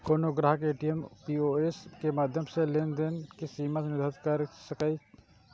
कोनो ग्राहक ATM, POS के माध्यम सं लेनदेन के सीमा निर्धारित कैर सकैए